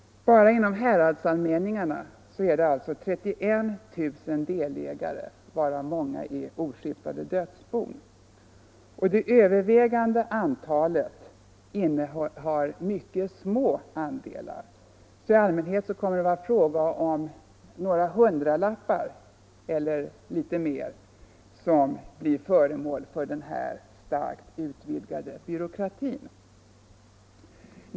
Bara inom häradsallmänningarna finns det 31 000 delägare, varav många är oskiftade dödsbon. Det övervägande antalet innehar mycket små andelar. I allmänhet kommer det att vara fråga om några hundralappar eller litet mer som blir föremål för denna starkt utvidgade byråkrati.